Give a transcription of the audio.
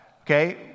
okay